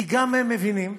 כי גם הם מבינים.